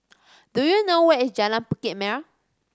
do you know where is Jalan Bukit Merah